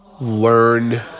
learn